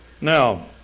Now